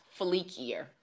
fleekier